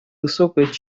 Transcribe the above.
высокая